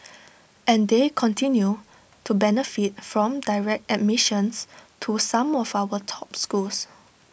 and they continue to benefit from direct admissions to some of our top schools